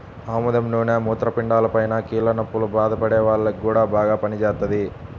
ఆముదం నూనె మూత్రపిండాలపైన, కీళ్ల నొప్పుల్తో బాధపడే వాల్లకి గూడా బాగా పనిజేత్తది